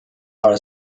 are